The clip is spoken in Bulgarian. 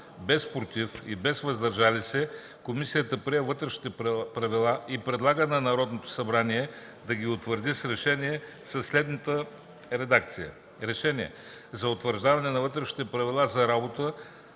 без „против” и „въздържали се” комисията прие вътрешните правила и предлага на Народното събрание да ги утвърди с решение със следната редакция: „РЕШЕНИЕ за утвърждаване на Вътрешните правила за реда